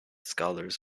scholars